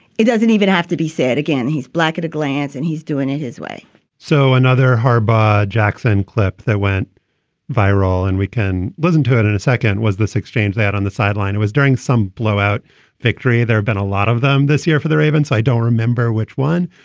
it doesn't even have to be said again. he's black at a glance and he's doing it his way so another ha by jackson clip that went viral and we can listen to it in a second. was this exchange that on the sideline, it was during some blowout victory. there have been a lot of them this year for the ravens. i don't remember which one.